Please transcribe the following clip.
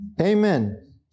Amen